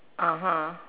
(uh huh)